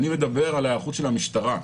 אני מדבר על ההיערכות של המשטרה,